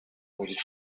waited